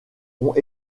ont